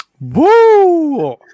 Woo